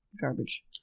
garbage